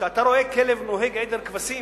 כשאתה רואה כלב נוהג עדר כבשים,